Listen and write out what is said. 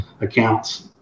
accounts